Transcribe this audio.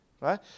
right